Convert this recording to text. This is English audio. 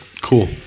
Cool